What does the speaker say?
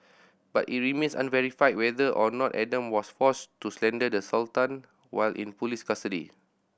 but it remains unverified whether or not Adam was forced to slander the Sultan while in police custody